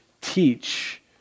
teach